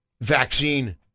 vaccine